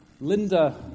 Linda